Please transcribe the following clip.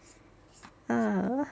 ah